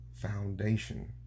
foundation